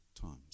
times